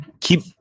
keep